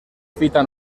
fita